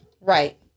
Right